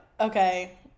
okay